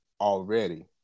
already